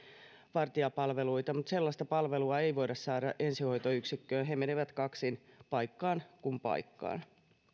vartijapalveluita huomattavasti mutta sellaista palvelua ei voida saada ensihoitoyksikköön he menevät kaksin paikkaan kuin paikkaan